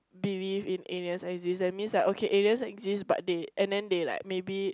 believe in aliens exist that means like okay aliens exist but they and then they like maybe